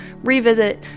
revisit